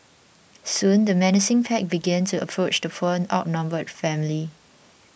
soon the menacing pack began to approach the poor outnumbered family